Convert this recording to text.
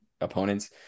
opponents